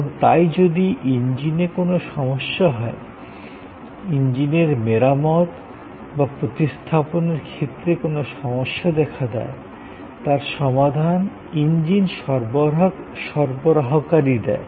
এবং তাই যদি ইঞ্জিনে কোনো সমস্যা হয় ইঞ্জিনের মেরামত বা প্রতিস্থাপনের ক্ষেত্রে কোনও সমস্যা দেখা দেয় তার সমাধান ইঞ্জিন সরবরাহকারী দেয়